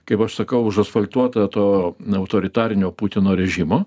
kaip aš sakau užasfaltuota to na autoritarinio putino režimo